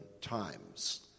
times